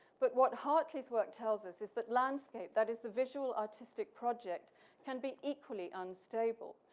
but, what hartley's work tells us is that landscape, that is the visual artistic project can be equally unstable.